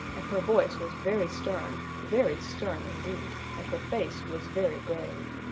and her voice was very stern, very stern indeed, and her face was very grave.